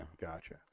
gotcha